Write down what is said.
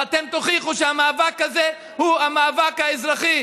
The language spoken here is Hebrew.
ואתם תוכיחו שהמאבק הזה הוא המאבק האזרחי